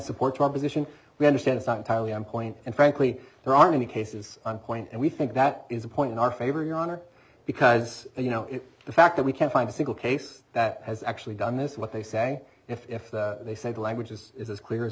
support to our position we understand it's not entirely on point and frankly there are many cases on point and we think that is a point in our favor your honor because you know if the fact that we can't find a single case that has actually done this what they say if that they say the language is as clear as